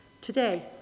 today